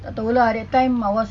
tak [tau] lah that time I was